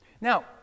Now